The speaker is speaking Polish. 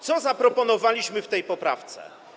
Co zaproponowaliśmy w tej poprawce?